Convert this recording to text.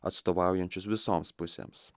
atstovaujančius visoms pusėms